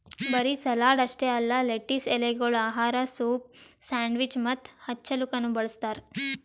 ಬರೀ ಸಲಾಡ್ ಅಷ್ಟೆ ಅಲ್ಲಾ ಲೆಟಿಸ್ ಎಲೆಗೊಳ್ ಆಹಾರ, ಸೂಪ್, ಸ್ಯಾಂಡ್ವಿಚ್ ಮತ್ತ ಹಚ್ಚಲುಕನು ಬಳ್ಸತಾರ್